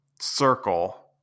circle